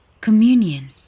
communion